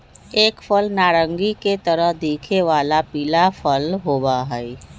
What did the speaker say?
एक फल नारंगी के तरह दिखे वाला पीला फल होबा हई